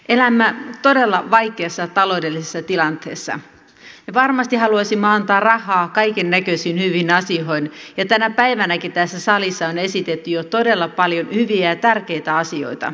elämme todella vaikeassa taloudellisessa tilanteessa ja varmasti haluaisimme antaa rahaa kaikennäköisiin hyviin asioihin tänäkin päivänä tässä salissa on esitetty jo todella paljon hyviä ja tärkeitä asioita